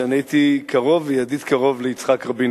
שאני הייתי קרוב וידיד קרוב ליצחק רבין,